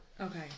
Okay